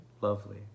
lovely